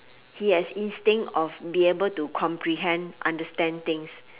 he has instinct of be able to comprehend understand things